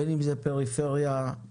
בין אם זה פריפריה עירונית